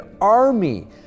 army